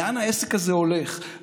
לאן העסק הזה הולך,